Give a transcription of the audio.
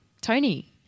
Tony